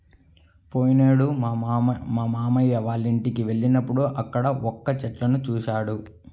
పోయినేడు మా మావయ్య వాళ్ళింటికి వెళ్ళినప్పుడు అక్కడ వక్క చెట్లను చూశాను